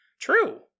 true